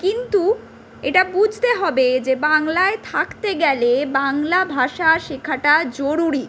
কিন্তু এটা বুঝতে হবে যে বাংলায় থাকতে গেলে বাংলা ভাষা শেখাটা জরুরি